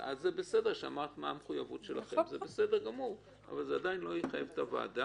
שהם כבר לוקחים זנאים למשטרה וזה מעין חצי הפללה.